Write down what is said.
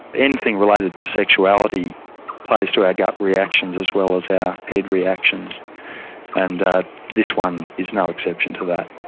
anything related to sexuality plays to our gut reactions as well as our head reactions and this one is no exception to that.